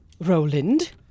Roland